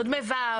מ-ו,